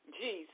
Jesus